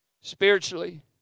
spiritually